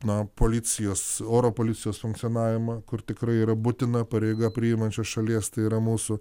na policijos oro policijos funkcionavimą kur tikrai yra būtina pareiga priimančios šalies tai yra mūsų